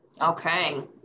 Okay